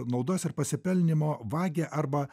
naudos ir pasipelnymo vagia arba